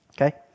Okay